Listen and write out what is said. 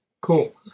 Cool